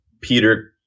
Peter